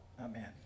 Amen